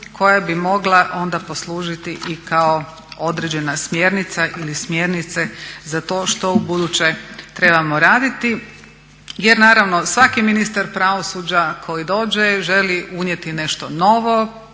koja bi mogla onda poslužiti i kao određena smjernica ili smjernice za to što ubuduće trebamo raditi. Jer naravno, svaki ministar pravosuđa koji dođe želi unijeti nešto novo,